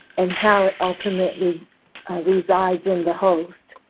and how it ultimately resides in the host.